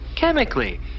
chemically